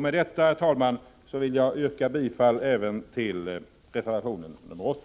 Med detta, herr talman, vill jag yrka bifall även till reservation 8.